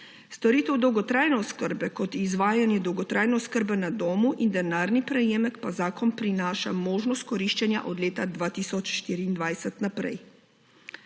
Storitev dolgotrajne oskrbe kot izvajanje dolgotrajne oskrbe na domu in denarni prejemek pa zakon prinaša možnost koriščenja od leta 2024 naprej.